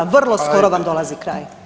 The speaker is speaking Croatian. Vrlo skoro vam dolazi kraj